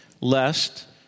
lest